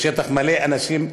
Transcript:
השטח מלא אנשים,